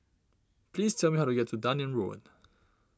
please tell me how to get to Dunearn Road